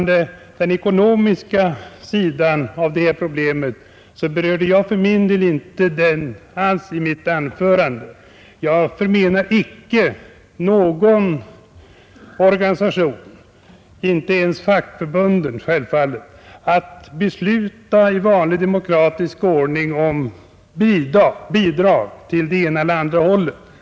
Den ekonomiska sidan av detta problem berörde jag för min del inte alls i mitt anförande. Jag förmenar icke någon organisation, självfallet inte heller fackförbund, att i vanlig demokratisk ordning besluta om bidrag till det ena eller andra hållet.